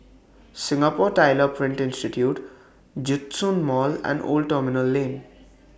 Singapore Tyler Print Institute Djitsun Mall and Old Terminal Lane